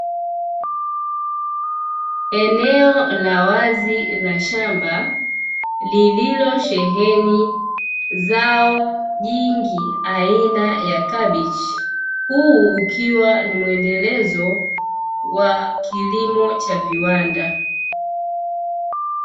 Eneo la wazi la shamba lililosheheni zao jingi aina ya kabichi, huu ukiwa ni mwendelezo wa kilimo cha viwanda.